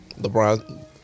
LeBron